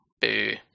Boo